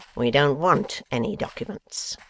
we don't want any documents.